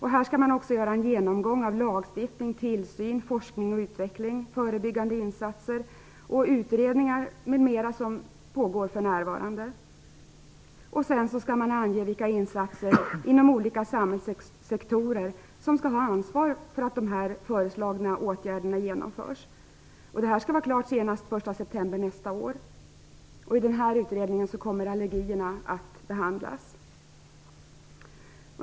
Här skall man också göra en genomgång av lagstiftning, tillsyn, forskning och utveckling, förebyggande insatser och utredningar m.m. som pågår för närvarande. Sedan skall man ange vilka instanser inom olika samhällssektorer som skall ha ansvaret för att de föreslagna åtgärderna genomförs. Detta skall vara klart senast 1 september nästa år. I den här utredningen kommer allergierna att behandlas.